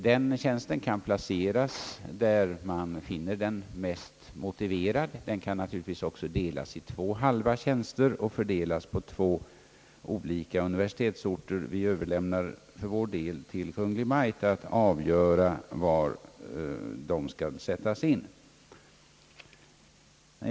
Den tjänsten kan placeras där man finner den mest motiverad, den kan naturligtvis också delas i två halva tjänster och fördelas på två olika universitetsorter. För vår del överlämnar vi till Kungl. Maj:t att avgöra var tjänsterna skall placeras.